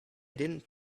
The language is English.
didn’t